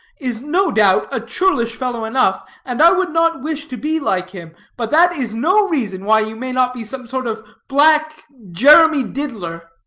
is, no doubt, a churlish fellow enough, and i would not wish to be like him but that is no reason why you may not be some sort of black jeremy diddler.